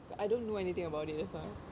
I don't know anything about it that's why